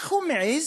איך הוא מעז